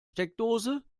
steckdose